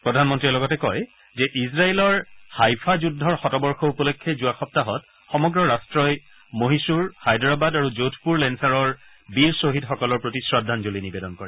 প্ৰধানমন্ত্ৰীয়ে লগতে কয় যে ইজৰাইলৰ হাইফা যুদ্ধৰ শতবৰ্ষ উপলক্ষে যোৱা সপ্তাহত সমগ্ৰ ৰাষ্টই মহীশূৰ হায়দৰাবাদ আৰু যোধপুৰ লেলাৰৰ বীৰ শ্বহীদসকলৰ প্ৰতি শ্ৰদ্ধাঞ্জলি নিৱেদন কৰে